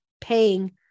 paying